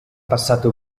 passato